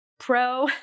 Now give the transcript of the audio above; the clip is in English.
Pro